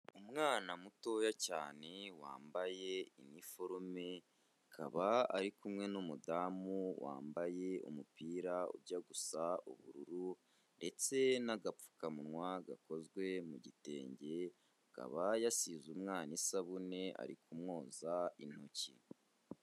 Umwana mutoya cyane wambaye iniforume akaba ari kumwe n'umudamu wambaye umupira ujya gusa ubururu ndetse n'agapfukamunwa gakozwe mu gitenge akaba yasize umwana isabune ari kumwoza intoki.